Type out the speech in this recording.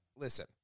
Listen